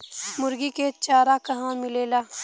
मुर्गी के चारा कहवा मिलेला?